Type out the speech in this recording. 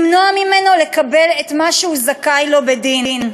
למנוע ממנו לקבל את מה שהוא זכאי לו בדין.